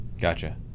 Gotcha